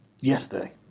Yesterday